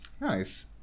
nice